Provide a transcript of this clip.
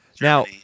Now